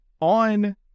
on